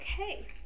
Okay